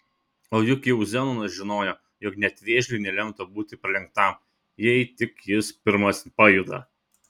o juk jau zenonas žinojo jog net vėžliui nelemta būti pralenktam jei tik jis pirmas pajuda